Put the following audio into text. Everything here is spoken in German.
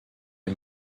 den